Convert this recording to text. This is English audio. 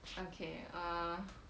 okay uh